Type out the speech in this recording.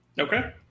Okay